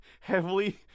heavily